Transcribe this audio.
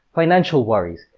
financial worries,